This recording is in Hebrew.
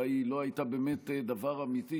אולי היא לא הייתה באמת דבר אמיתי,